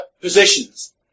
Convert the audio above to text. positions